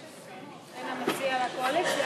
מקובל שכשיש הסכמות בין המציע לקואליציה,